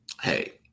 hey